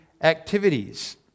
activities